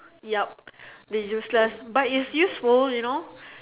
yep the useless but is useful you know